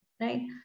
right